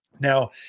Now